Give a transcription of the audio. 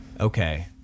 Okay